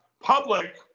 public